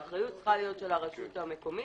האחריות צריכה להיות של הרשות המקומית